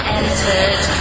entered